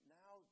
now